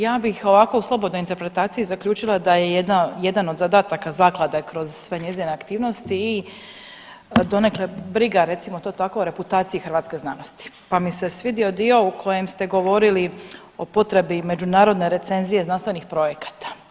Ja bih ovako u slobodnoj interpretaciji zaključila da je jedan od zadataka zaklade kroz sve njezine aktivnosti i donekle briga recimo to tako reputacije hrvatske znanosti, pa mi se svidio dio u kojem ste govorili o potrebi međunarodne recenzije znanstvenih projekata.